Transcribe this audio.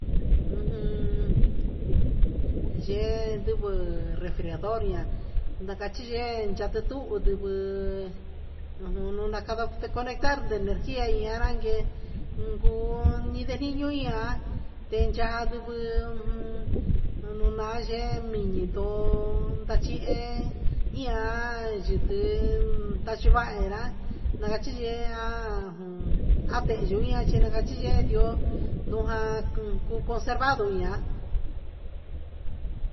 Ujun yee ndivɨ fregiador na cachi yee cati tuhun ndivɨ un nava conectar de energa ian ran guee guu ni ne jiu ia tencha sivɨ un nayee mie ndoo nda chihe ian yiti ndachi vahi ra na cachi yee a te yu ia ndioo ndu jaa cuu coservado ian.